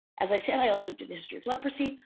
as i said, i also do the history of leprosy.